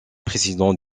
président